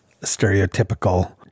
stereotypical